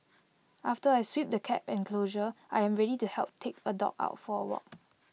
after I sweep the cat enclosure I am ready to help take A dog out for A walk